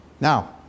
Now